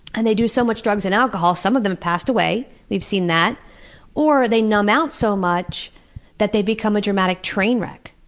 and they do so much drugs and alcohol, some of them passed away we've seen that or they numb out so much that they become a dramatic train wreck.